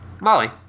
Molly